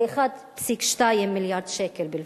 הוא 1.2 מיליארד שקל בלבד?